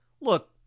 look